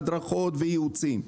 ההדרכות והייעוצים.